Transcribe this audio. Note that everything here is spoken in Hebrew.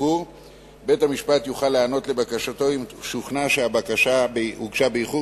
בית-המשפט יוכל להיענות לבקשתו אם שוכנע שהבקשה הוגשה באיחור